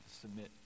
submit